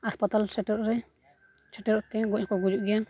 ᱦᱟᱸᱥᱯᱟᱛᱟᱞ ᱥᱮᱴᱮᱨᱚᱜ ᱨᱮ ᱥᱮᱴᱮᱨᱚᱜ ᱛᱮ ᱜᱚᱡᱽ ᱦᱚᱸᱠᱚ ᱜᱩᱡᱩᱜ ᱜᱮᱭᱟ